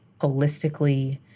holistically